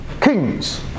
Kings